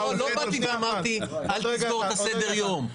לא באתי ואמרתי: אל תסגור את סדר-היום.